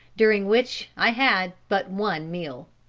during which i had but one meal.